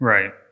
Right